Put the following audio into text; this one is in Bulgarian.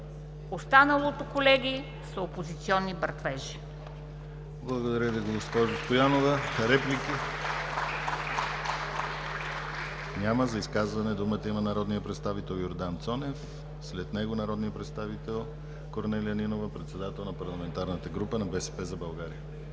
Останалото, колеги, са опозиционни брътвежи.